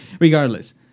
Regardless